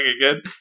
again